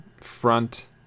front